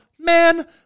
man